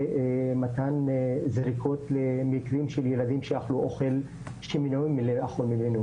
מתן זריקות למקרים של ילדים שאכלו אוכל שלא יכולים,